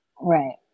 Right